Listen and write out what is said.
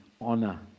honor